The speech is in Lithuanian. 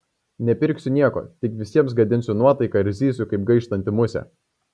nepirksiu nieko tik visiems gadinsiu nuotaiką ir zysiu kaip gaištanti musė